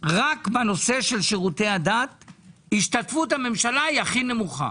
רק בנושא של שירותי דת השתתפות הממשלה היא הכי נמוכה